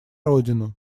родину